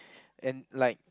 and like